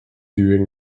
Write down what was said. during